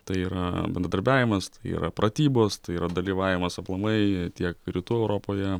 tai yra bendradarbiavimas tai yra pratybos tai yra dalyvavimas aplamai tiek rytų europoje